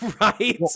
Right